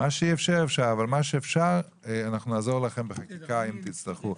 במה שאפשר, אנחנו נעזור לכם בחקיקה אם תצטרכו.